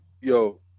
Yo